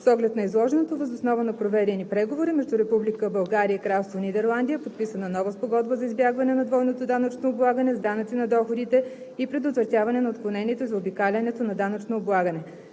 С оглед на изложеното и въз основа на проведени преговори между Република България и Кралство Нидерландия е подписана нова Спогодба за избягване на двойното данъчно облагане с данъци на доходите и предотвратяване на отклонението и заобикалянето на данъчно облагане.